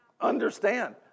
understand